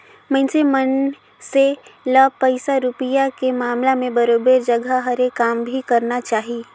मइनसे मन से ल पइसा रूपिया के मामला में बरोबर सजग हरे काम भी करना चाही